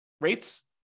rates